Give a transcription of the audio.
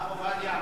הרב עובדיה אמר,